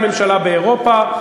אין ממשלה באירופה,